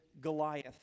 Goliath